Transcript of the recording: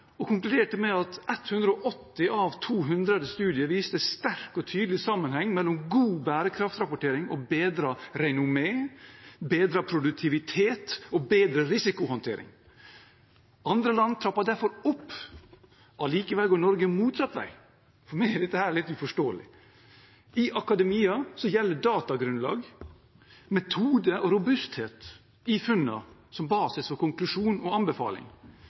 og konkluderte med at 180 av 200 studier viste en sterk og tydelig sammenheng mellom god bærekraftrapportering og bedret renommé, bedret produktivitet og bedret risikohåndtering. Andre land trapper derfor opp, allikevel går Norge motsatt vei. For meg er dette litt uforståelig. I akademia gjelder datagrunnlag, metode og robusthet i funnene som basis for konklusjon og anbefaling,